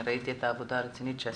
ראיתי את העבודה הרצינית שעשיתם,